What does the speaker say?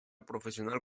profesional